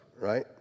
right